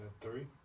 Three